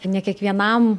ne kiekvienam